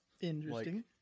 Interesting